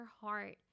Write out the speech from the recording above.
heart